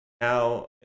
Now